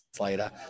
later